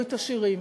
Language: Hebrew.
היו השירים.